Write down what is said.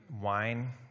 wine